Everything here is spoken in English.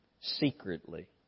secretly